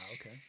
Okay